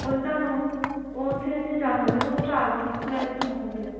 ਉਹਦੇ ਤੁਹਾਨੂੰ ਉੱਥੇ ਤੁਸੀਂ ਜਾ ਸਕਦੇ ਹੋ ਸਟਾਰਬਕਸ ਵਗੈਰਾ ਵੀ ਜਾ ਸਕਦੇ ਹੋ